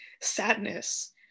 sadness